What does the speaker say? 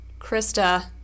Krista